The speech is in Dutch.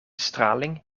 straling